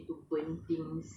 apa sia